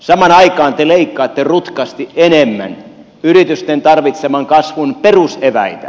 samaan aikaan te leikkaatte rutkasti enemmän yritysten tarvitseman kasvun peruseväitä